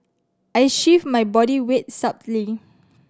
I shift my body weight subtly